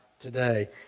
today